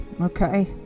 okay